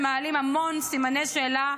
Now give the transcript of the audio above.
שמעלים המון סימני שאלה,